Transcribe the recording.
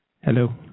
Hello